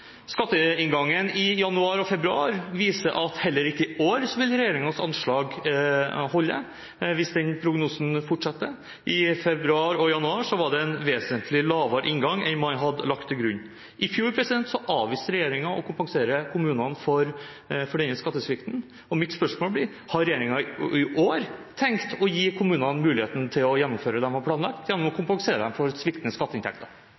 Skatteinngangen i januar og februar viser at heller ikke i år vil regjeringens anslag holde hvis den prognosen fortsetter. I januar og februar var det en vesentlig lavere inngang enn man hadde lagt til grunn. I fjor avviste regjeringen å kompensere kommunene for denne skattesvikten, og mitt spørsmål er: Har denne regjeringen i år tenkt å gi kommunene muligheten til å gjennomføre det de har planlagt, gjennom å kompensere dem for sviktende skatteinntekter?